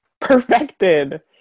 perfected